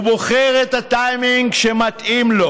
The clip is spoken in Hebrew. ובוחר את הטיימינג שמתאים לו,